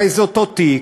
הרי זה אותו תיק,